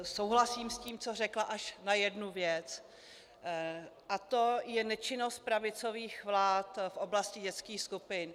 Souhlasím s tím, co řekla, až na jednu věc, a to je nečinnost pravicových vlád v oblasti dětských skupin.